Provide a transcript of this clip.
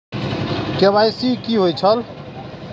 KYC कि होई छल?